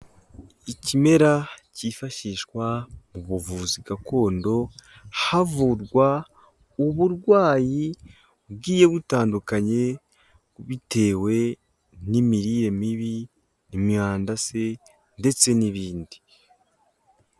Ikimera cyifashishwa mu buvuzi gakondo havurwa uburwayi bugiye butandukanye bitewe n'imirire mibi, imyanda se ndetse n'ibindi.